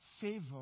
favor